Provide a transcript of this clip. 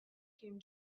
came